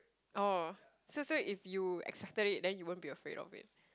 oh so so if you expected it then you won't be afraid of it